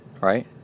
Right